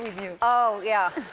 you. oh, yeah.